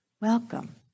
welcome